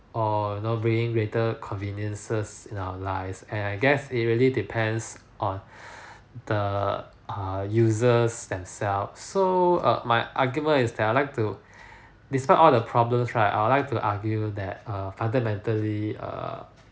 or you know being rated conveniences in our lives and I guess evenly depends on the err users themselves so err my argument is that I'd like to despite all the problems right I would like to argue that fundamentally err